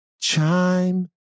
chime